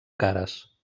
cares